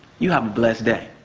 you have a blessed day.